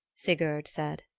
sigurd said.